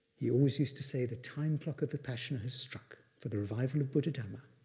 he always used to say the time clock of vipassana has struck for the revival of buddha-dhamma.